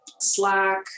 Slack